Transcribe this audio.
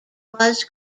was